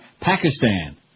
Pakistan